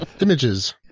images